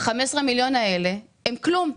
ה-15 מיליון האלה הם כלום,